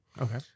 Okay